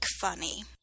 funny